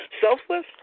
selfless